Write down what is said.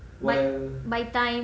by by time